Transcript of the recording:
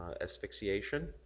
asphyxiation